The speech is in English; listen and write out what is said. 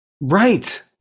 Right